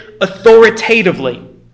authoritatively